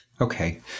Okay